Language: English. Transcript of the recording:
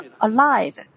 alive